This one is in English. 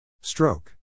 Stroke